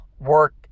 work